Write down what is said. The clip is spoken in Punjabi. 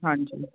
ਹਾਂਜੀ